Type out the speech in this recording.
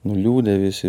nuliūdę visi